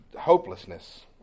Hopelessness